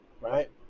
right